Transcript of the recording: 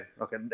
okay